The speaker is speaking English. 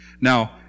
Now